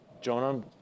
Jonah